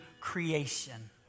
creation